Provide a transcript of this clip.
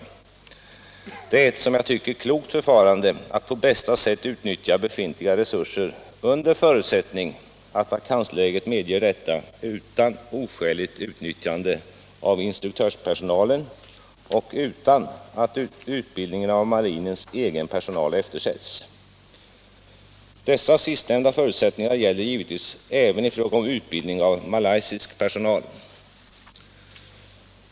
Detta är ett som jag tycker klokt förfarande att på bästa sätt utnyttja befintliga resurser, under förutsättning att vakansläget medger detta utan oskäligt utnyttjande av instruktörspersonalen och utan att utbildningen av marinens egen personal eftersätts. Dessa sistnämnda förutsättningar gäller givetvis även i fråga om utbildning av malaysisk personal.